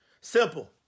Simple